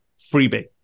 freebie